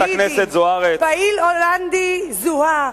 פעיל הולנדי זוהה,